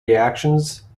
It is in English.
reactions